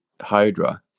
hydra